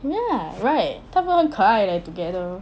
ya right 他们很可爱 leh together